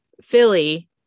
Philly